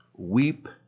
Weep